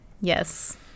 yes